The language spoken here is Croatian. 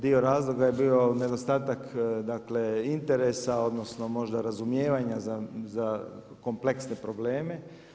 Dio razloga je bio nedostatak interesa odnosno možda razumijevanja za kompleksne probleme.